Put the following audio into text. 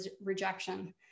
rejection